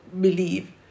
believe